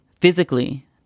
physically